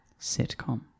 Sitcom